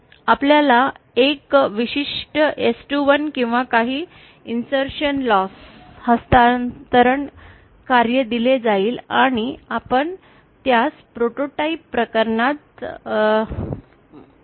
आपल्याला एक विशिष्ट S21 किंवा काही इन्सर्शन लॉस हस्तांतरण कार्य दिले जाईल आणि आपण त्यास प्रोटोटाइप प्रकरणात बरा बरी करू